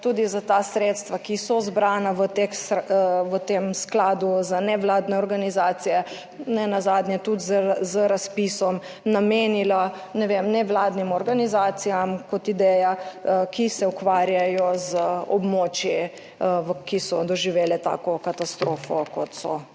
tudi za ta sredstva, ki so zbrana v tem skladu za nevladne organizacije, nenazadnje tudi z razpisom namenila ne vem nevladnim organizacijam kot ideja, ki se ukvarjajo z območji, ki so doživele tako katastrofo kot so